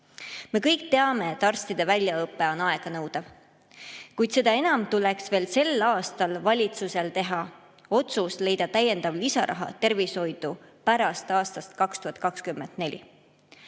Me kõik teame, et arstide väljaõpe on aeganõudev, kuid seda enam tuleks veel sel aastal valitsusel teha otsus leida lisaraha tervishoidu pärast aastat 2024.